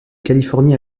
californie